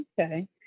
Okay